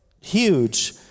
huge